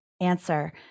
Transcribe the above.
answer